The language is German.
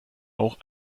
auch